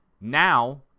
Now